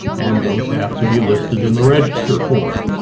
and those have to be listed in the register form.